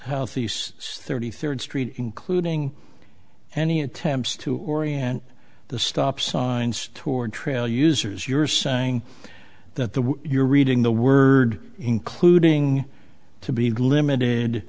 healthy thirty third street including any attempts to orient the stop signs toward trail users you're saying that the way you're reading the word including to be limited